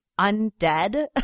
undead